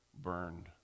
burned